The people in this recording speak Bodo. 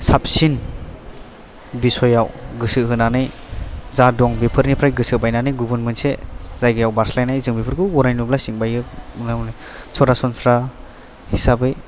साबसिन बिचयाव गोसो होनानै जा दं बेफोरनिफ्राय गोसो बायनानै गुबुन मोनसे जायगायाव बारस्लायनाय जों बेफोरखौ गराय नुब्ला सिं बायो होन्ना बुङो सरासनस्रा हिसाबै